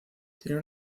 tiene